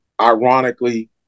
ironically